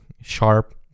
sharp